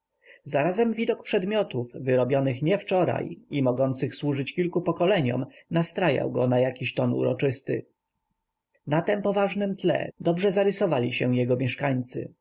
zarazem widok przedmiotów wyrobionych nie wczoraj i mogących służyć kilku pokoleniom nastrajał go na jakiś ton uroczysty na tem poważnem tle dobrze zarysowali się jego mieszkańcy